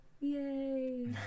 yay